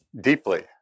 deeply